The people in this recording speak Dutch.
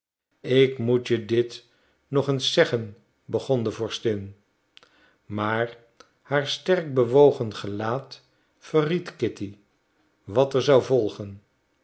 ik moet je dit nog eens zeggen begon de vorstin maar haar sterk bewogen gelaat verried kitty wat er zou volgen